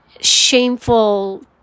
shameful